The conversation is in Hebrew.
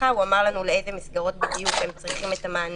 בתקופה שההתקהלות הייתה נמוכה יותר במבנה,